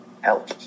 help